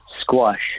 squash